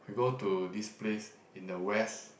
we go to this place in the west